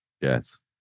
Yes